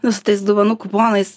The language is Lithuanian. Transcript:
nu su tais dovanų kuponais